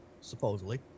supposedly